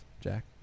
Jack